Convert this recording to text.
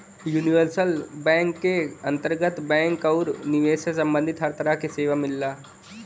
universal bank क अंतर्गत banking आउर निवेश से सम्बंधित हर तरह क सेवा मिलला